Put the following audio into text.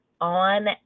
on